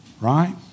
right